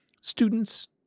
students